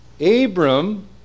Abram